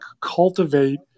cultivate